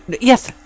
yes